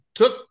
Took